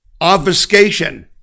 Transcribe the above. obfuscation